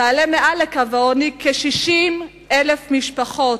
תעלה מעל לקו העוני כ-60,000 משפחות,